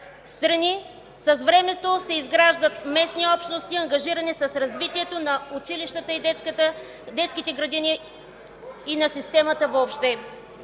с времето се изграждат местни общности, ангажирани с развитието на училищните и детските градини и на системата въобще.